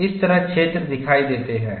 इस तरह क्षेत्र दिखाई देते हैं